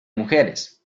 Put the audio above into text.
mujeres